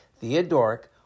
Theodoric